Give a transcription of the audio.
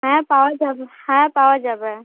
হ্যাঁ পাওয়া যাবে হ্যাঁ পাওয়া যাবে